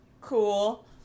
cool